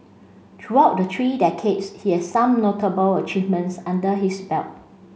throughout the three decades he has some notable achievements under his belt